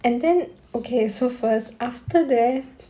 and then okay so first after that